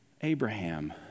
Abraham